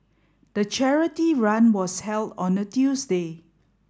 the charity run was held on a Tuesday